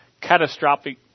catastrophic